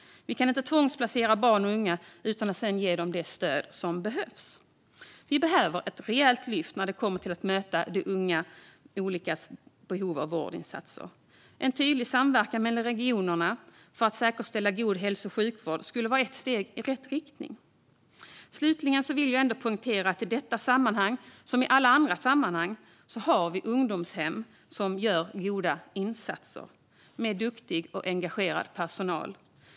Vi kan inte tvångsplacera barn och unga utan att sedan ge dem det stöd som behövs. Vi behöver ett rejält lyft när det kommer till att möta de ungas olika behov av vårdinsatser. En tydligare samverkan mellan regionerna för att säkerställa god hälso och sjukvård skulle vara ett steg i rätt riktning. Slutligen vill jag ändå poängtera att i detta sammanhang, som i alla andra sammanhang, har vi ungdomshem som gör goda insatser, med en duktig och engagerad personal.